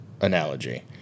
analogy